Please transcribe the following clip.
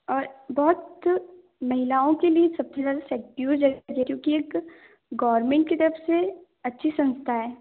और बहुत महिलाओं के लिए सबसे ज़्यादा सिक्योर जगह है क्योंकि एक गवर्नमेंट की तरफ से अच्छी संस्था है